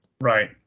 Right